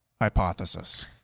hypothesis